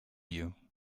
you